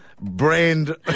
brand